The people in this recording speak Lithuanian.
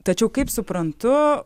tačiau kaip suprantu